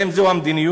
האם זו המדיניות?